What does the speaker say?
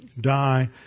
die